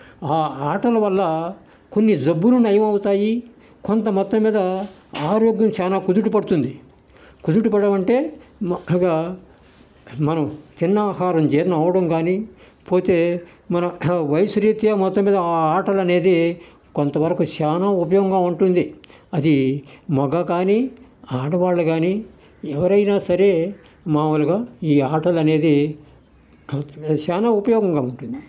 ఆ ఆటలు వల్ల కొన్ని జబ్బులు నయం అవుతాయి కొంత మొత్తం మీద ఆరోగ్యం చాలా కుదుటపడుతుంది కుదుటపడడం అంటే మనం తిన్న ఆహారం జీర్ణం అవడం కాని పోతే మన వయసు రీత్యా మొత్తం మీద ఆ ఆటలు అనేది కొంతవరకు చాలా ఉపయోగంగా ఉంటుంది అది మగా కానీ ఆడవాళ్లు కానీ ఎవరైనా సరే మామూలుగా ఈ ఆటలు అనేది చాలా ఉపయోగంగా ఉంటుంది